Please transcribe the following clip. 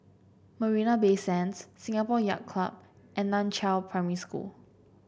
Marina Bay Sands Singapore Yacht Club and Nan Chiau Primary School